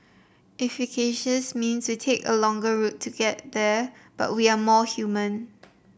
efficacious means we take a longer route to get there but we are more human